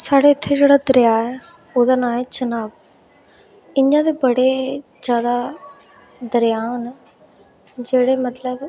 साढ़े इत्थै जेह्ड़ा दरेआ ऐ ओह्दा नां ऐ चन्हां इ'यां ते बड़े जैदा दरेआ न जेह्ड़े मतलब